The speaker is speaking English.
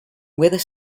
weather